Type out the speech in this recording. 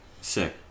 Sick